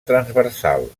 transversal